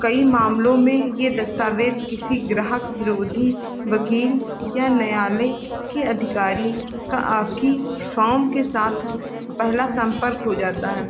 कई मामलों में यह दस्तावेज़ किसी ग्राहक विरोधी वकील या न्यायालय के अधिकारी का आपकी फॉर्म के साथ पहला सम्पर्क हो जाता है